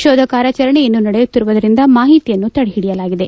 ಶೋಧ ಕಾರ್ಯಾಚರಣೆ ಇನ್ನು ನಡೆಯುತ್ತಿರುವುದರಿಂದ ಮಾಹಿತಿಯನ್ನು ತಡೆಹಿಡಿಯಲಾಗಿದೆ